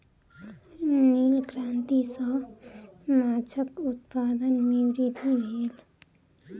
नील क्रांति सॅ माछक उत्पादन में वृद्धि भेल